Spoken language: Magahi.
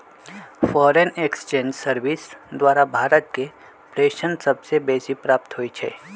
फॉरेन एक्सचेंज सर्विस द्वारा भारत में प्रेषण सबसे बेसी प्राप्त होई छै